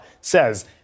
says